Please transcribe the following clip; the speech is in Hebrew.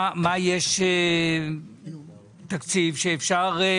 מה אתם מתכוונים לעשות,